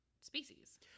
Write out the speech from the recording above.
species